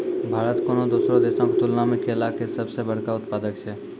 भारत कोनो दोसरो देशो के तुलना मे केला के सभ से बड़का उत्पादक छै